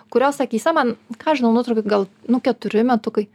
kurios akyse man ką aš žinau nutraukoj gal nu keturi metukai